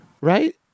right